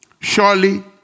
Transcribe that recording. surely